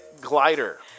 glider